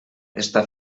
està